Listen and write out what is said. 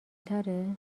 تره